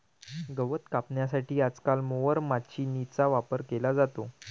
गवत कापण्यासाठी आजकाल मोवर माचीनीचा वापर केला जातो